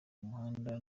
muhanda